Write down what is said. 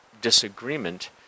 disagreement